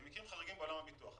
הם מקרים חריגים בעולם הביטוח.